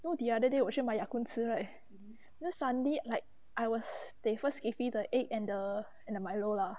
know the other day 我去买 yakun 吃 right know suddenly like I was they first gave me the egg and the and the milo lah